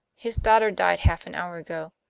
his daughter died half an hour ago.